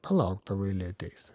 palauk tavo eilė ateis